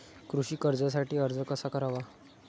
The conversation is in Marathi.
कृषी कर्जासाठी अर्ज कसा करावा?